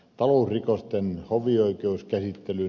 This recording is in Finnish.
arvoisa puhemies